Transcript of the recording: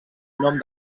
nom